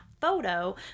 photo